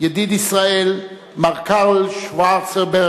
ידיד ישראל, מר קרל שוורצנברג,